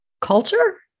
Culture